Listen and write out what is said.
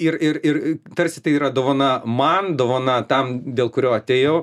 ir ir ir tarsi tai yra dovana man dovana tam dėl kurio atėjau